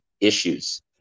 issues